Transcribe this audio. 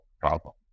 problem